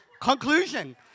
conclusion